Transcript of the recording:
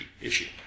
issue